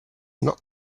not